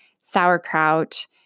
sauerkraut